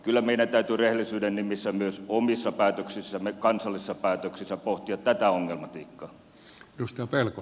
kyllä meidän täytyy rehellisyyden nimissä myös omissa päätöksissämme kansallisissa päätöksissä pohtia tätä ongelmatiikkaa